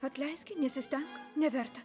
atleiski nesistenk neverta